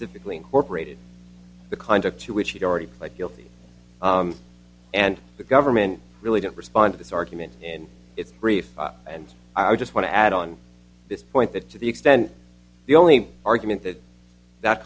specifically incorporated the conduct to which he already pled guilty and the government really didn't respond to this argument in its brief and i just want to add on this point that to the extent the only argument that that